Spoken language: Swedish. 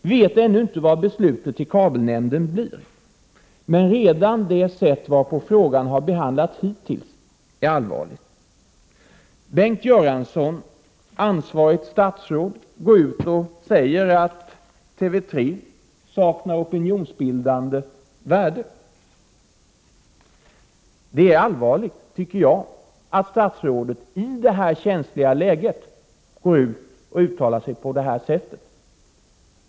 Vi vet ännu inte vilket beslutet i kabelnämnden blir. Men redan det sätt varpå frågan behandlats hittills är allvarligt. Bengt Göransson, ansvarigt statsråd, går ut och säger att TV 3 saknar 10 november 1988 opinionsbildande värde. Jag tycker att det är allvarligt att statsrådet i det här känsliga läget uttalar sig på det sättet.